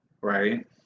right